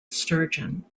sturgeon